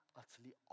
utterly